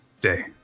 Day